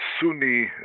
Sunni